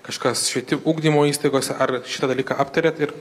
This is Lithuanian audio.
kažkas švieti ugdymo įstaigose ar šitą dalyką aptarėt ir